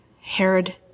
Herod